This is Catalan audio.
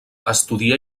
estudià